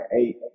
eight